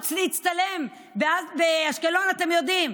לרוץ להצטלם באשקלון אתם יודעים,